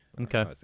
Okay